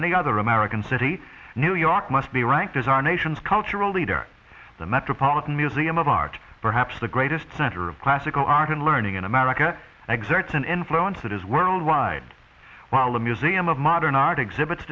any other american city new york must be ranked as our nation's cultural leader the metropolitan museum of art perhaps the greatest center of classical art and learning in america exerts an influence that is worldwide while the museum of modern art exhibits